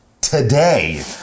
today